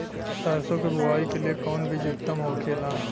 सरसो के बुआई के लिए कवन बिज उत्तम होखेला?